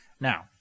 Now